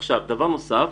דבר נוסף,